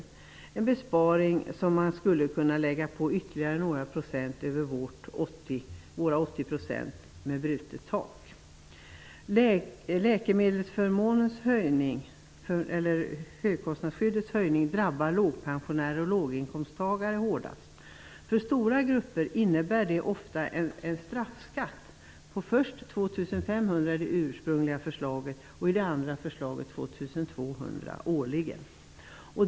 Det är en besparing som innebär att man skulle kunna lägga på ytterligare några procent utöver våra 80 % med brutet tak. Höjningen av högkostnadsskyddet drabbar pensionärer med låg pension och låginkomsttagare hårdast. För stora grupper innebär det ofta en straffskatt årligen på 2 500 kr enligt det ursprungliga förslaget och enligt det andra förslaget på 2 200 kr.